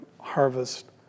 harvest